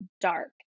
dark